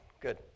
good